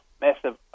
massive